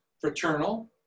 fraternal